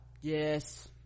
Yes